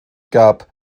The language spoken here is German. gab